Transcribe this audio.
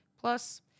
Plus